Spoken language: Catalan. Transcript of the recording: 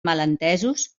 malentesos